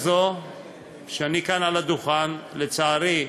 שאני כאן על הדוכן, לצערי,